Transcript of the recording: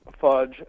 Fudge